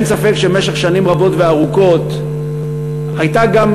ואין ספק שבמשך שנים רבות וארוכות הייתה גם